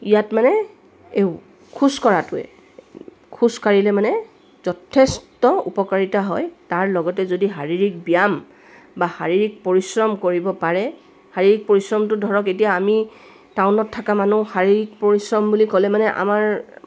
ইয়াত মানে এই খোজকঢ়াটোৱে খোজকাঢ়িলে মানে যথেষ্ট উপকাৰিতা হয় তাৰ লগতে যদি শাৰীৰিক ব্যায়াম বা শাৰীৰিক পৰিশ্ৰম কৰিব পাৰে শাৰীৰিক পৰিশ্ৰমটো ধৰক এতিয়া আমি টাউনত থকা মানুহ শাৰীৰিক পৰিশ্ৰম বুলি ক'লে মানে আমাৰ